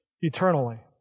eternally